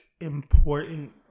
important